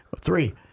Three